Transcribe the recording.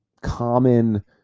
common